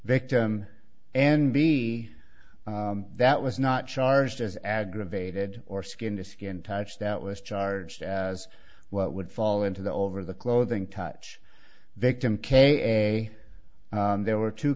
victim and b that was not charged as aggravated or skin to skin touch that was charged as what would fall into the over the clothing touch victim k i there were two